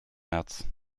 märz